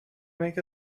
make